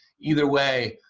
either way,